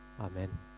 Amen